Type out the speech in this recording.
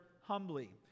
humbly